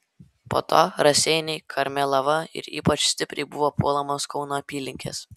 po to raseiniai karmėlava ir ypač stipriai buvo puolamos kauno apylinkės